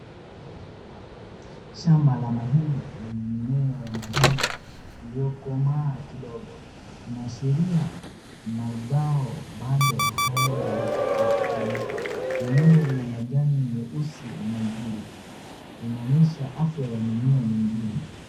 Shamba la mahindi lenye mimea ya mahindi iliyokomaa kidogo inaashiria mazao bado hayajavunwa, mimea ina majani meusi na mazuri. Inaonyesha afya ya mimea ni nzuri.